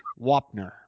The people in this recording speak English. Wapner